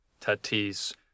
Tatis